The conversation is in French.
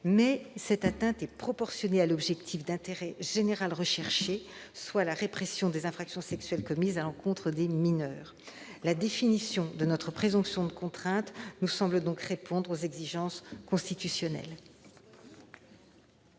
mais cette atteinte est proportionnée à l'objectif d'intérêt général que l'on cherche à atteindre, à savoir la répression des infractions sexuelles commises à l'encontre des mineurs. La définition de notre présomption de contrainte nous semble donc répondre aux exigences constitutionnelles.